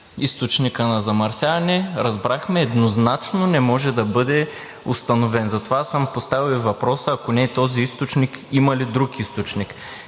Източникът на замърсяване, разбрахме – еднозначно, не може да бъде установен. Затова аз съм поставил и въпроса – ако не е този източник, има ли друг източник?